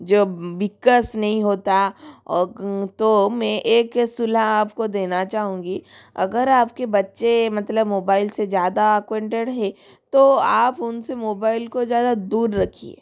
जब विकास नहीं होता और तो मैं एक सलाह आप को देना चाहूँगी अगर आप के बच्चे मतलब मोबाइल से ज़्यादा अक्वेंटेड हे तो आप उन से मोबाइल को ज़्यादा दूर रखिए